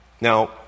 Now